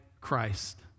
Christ